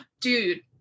Dude